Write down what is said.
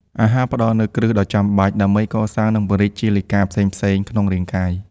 អាហារផ្តល់នូវ គ្រឹះ ដ៏ចាំបាច់ដើម្បីកសាង និងពង្រីកជាលិកាផ្សេងៗក្នុងរាងកាយ។